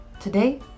Today